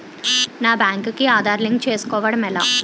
నా బ్యాంక్ కి ఆధార్ లింక్ చేసుకోవడం ఎలా?